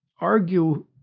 argue